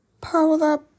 Paula